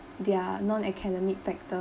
their non academic factors